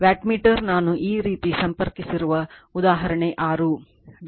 wattmeter ನಾನು ಈ ರೀತಿ ಸಂಪರ್ಕಿಸಿರುವ ಉದಾಹರಣೆ 6